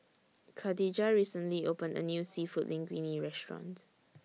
Khadijah recently opened A New Seafood Linguine Restaurant